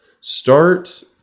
Start